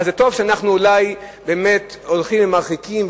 אז זה טוב שאנחנו אולי באמת הולכים ומרחיקים,